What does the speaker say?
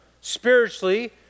spiritually